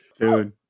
dude